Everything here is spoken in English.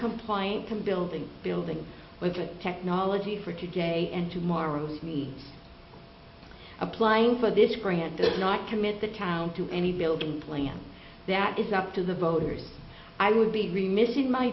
compliant to building buildings with the technology for today and tomorrow me applying for this grant does not commit the town to any building plans that is up to the voters i would be remiss in my